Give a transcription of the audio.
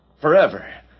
Forever